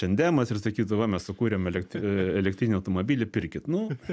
tendemas ir sakytų va mes sukūrėme elek elektrinį automobilį pirkit nu